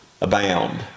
abound